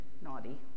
naughty